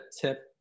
tip